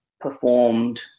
performed